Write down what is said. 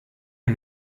est